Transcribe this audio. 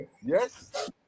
yes